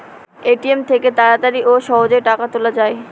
ATM থেকে তাড়াতাড়ি ও সহজেই টাকা তোলা যায়